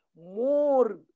more